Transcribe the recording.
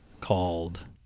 called